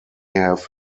have